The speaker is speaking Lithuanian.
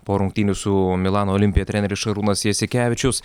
po rungtynių su milano olimpija treneris šarūnas jasikevičius